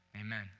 amen